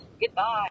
Goodbye